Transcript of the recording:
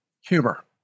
humor